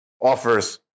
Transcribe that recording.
offers